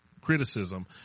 criticism